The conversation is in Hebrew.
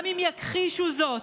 גם אם יכחישו זאת.